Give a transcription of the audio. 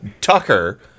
Tucker